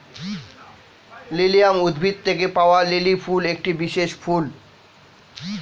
lilium উদ্ভিদ থেকে পাওয়া লিলি ফুল একটি বিশেষ ফুল